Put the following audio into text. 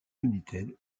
united